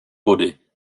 body